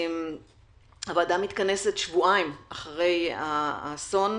הוועדה מתכנסת שבועיים אחרי האסון,